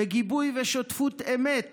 נאבק, בגיבוי ושותפות אמת